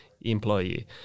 employee